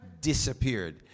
disappeared